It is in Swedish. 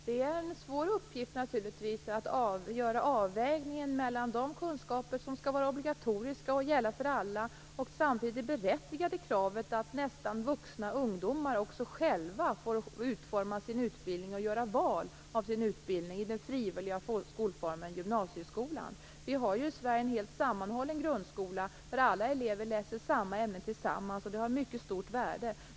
Fru talman! Det är naturligtvis en svår uppgift att göra avvägningen mellan de kunskaper som skall vara obligatoriska och gälla för alla och samtidigt det berättigade kravet att nästan vuxna ungdomar själva får utforma och göra val i sin utbildning i den frivilliga skolformen gymnasieskolan. Vi har i Sverige en helt sammanhållen grundskola, där alla elever läser samma ämnen tillsammans, och det har ett mycket stort värde.